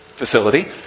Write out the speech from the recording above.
facility